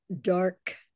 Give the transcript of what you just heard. dark